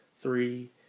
three